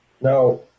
no